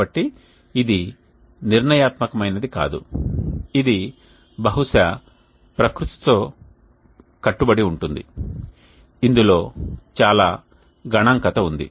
కాబట్టి ఇది నిర్ణయాత్మకమైనది కాదు ఇది బహుశా ప్రకృతిలో కట్టుబడి ఉంటుంది ఇందులో చాలా గణాంకత ఉంది